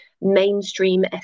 mainstream